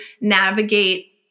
navigate